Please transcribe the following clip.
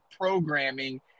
programming